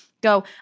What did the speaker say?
go